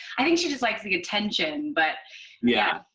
i think she just likes the attention. but yeah.